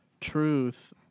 truth